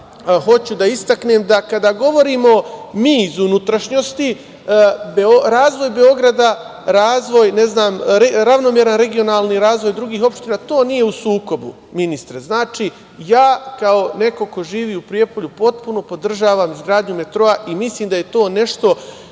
hoću da istaknem da kada govorimo mi iz unutrašnjosti, razvoj Beograda, ravnomeran regionalan razvoj drugih opština, to nije u sukobu, ministre. Znači, ja kao neko ko živi u Prijepolju, potpuno podržavam izgradnju metroa i mislim da je to nešto